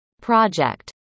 project